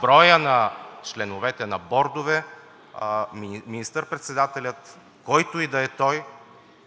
броя на членовете на бордове министър председателят, който и да е той,